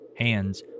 hands